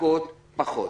שנבדקות פחות.